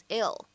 ill